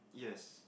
yes